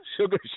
Sugar